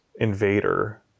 invader